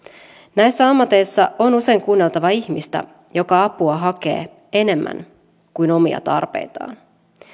näissä ammateissa on usein kuunneltava ihmistä joka apua hakee enemmän kuin omia tarpeitaan